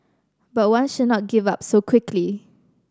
but one should not give up so quickly